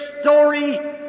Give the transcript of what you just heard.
story